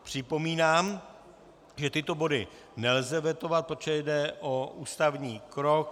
Připomínám, že tyto body nelze vetovat, protože jde o ústavní krok.